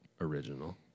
original